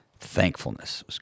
Thankfulness